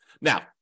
Now